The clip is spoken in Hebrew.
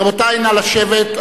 רבותי, נא לשבת.